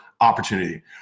opportunity